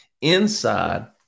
inside